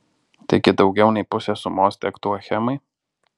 taigi daugiau nei pusė sumos tektų achemai